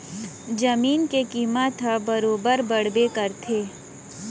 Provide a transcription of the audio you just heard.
जमीन के कीमत ह बरोबर बड़बे करथे